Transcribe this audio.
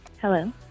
Hello